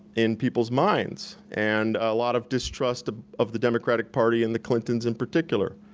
in people's minds, and a lot of distrust of the democratic party and the clintons in particular.